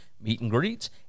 meet-and-greets